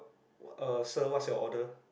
uh sir what is your order